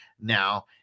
now